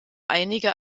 einige